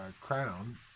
Crown